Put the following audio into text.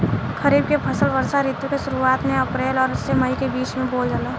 खरीफ के फसल वर्षा ऋतु के शुरुआत में अप्रैल से मई के बीच बोअल जाला